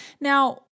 Now